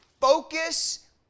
focus